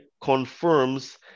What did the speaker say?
confirms